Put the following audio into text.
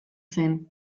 zen